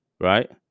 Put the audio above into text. right